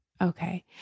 Okay